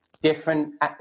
different